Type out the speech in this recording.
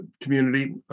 community